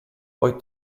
poi